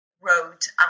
wrote